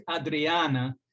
Adriana